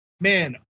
man